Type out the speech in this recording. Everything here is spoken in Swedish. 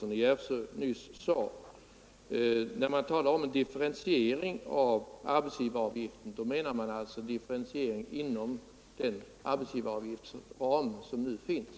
När man talar om differentiering av arbetsgivaravgiften, menar man en differentiering inom ramen för den arbetsgivaravgift som vi nu har.